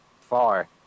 far